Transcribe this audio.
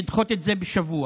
לדחות את זה בשבוע.